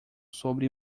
sobre